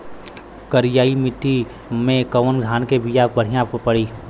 करियाई माटी मे कवन धान के बिया बढ़ियां पड़ी?